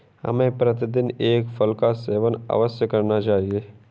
हमें प्रतिदिन एक फल का सेवन अवश्य करना चाहिए